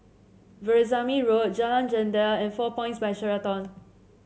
Veerasamy Road Jalan Jendela and Four Points By Sheraton